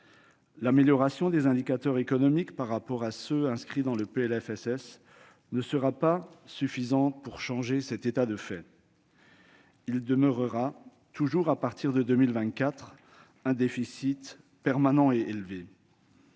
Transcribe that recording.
L'amélioration des indicateurs économiques par rapport à ceux qui sont inscrits dans le PLFSS ne sera pas suffisante pour changer cet état de fait. Il demeurera toujours à partir de 2024 un déficit permanent et élevé.